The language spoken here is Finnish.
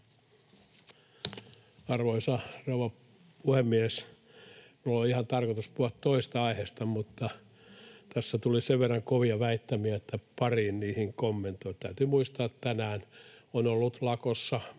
Arvoisa rouva puhemies! Minulla oli tarkoitus puhua ihan toisesta aiheesta, mutta tässä tuli sen verran kovia väittämiä, että pariin niihin kommentoin. Täytyy muistaa, että tänään on ollut lakossa